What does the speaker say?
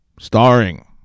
starring